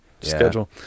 schedule